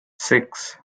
six